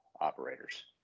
operators